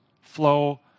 flow